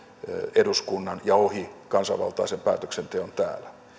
eduskunnan ja ohi kansanvaltaisen päätöksenteon täällä